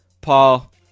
Paul